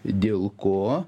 dėl ko